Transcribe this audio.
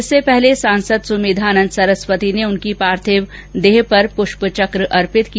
इससे पहले सांसद सुमेधानन्द सरस्वती ने उनकी पार्थिव देह पर प्रष्प चक्र अर्पित किया